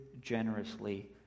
generously